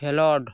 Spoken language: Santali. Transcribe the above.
ᱠᱷᱮᱞᱳᱰ